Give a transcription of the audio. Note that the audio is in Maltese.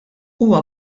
huwa